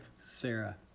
Sarah